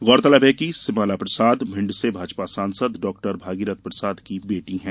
गौरतलब है कि सिमाला प्रसाद भिंड से भाजपा सांसद डॉक्टर भागीरथ प्रसाद की बेटी है